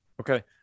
Okay